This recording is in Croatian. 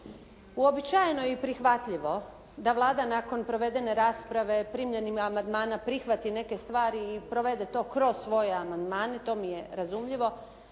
Uobičajeno je i prihvatljivo da Vlada nakon provedene rasprave primljenim amandmana prihvati neke stvari i provede to kroz svoje amandmane to mi je razumljivo,